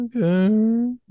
okay